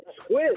Squid